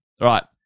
right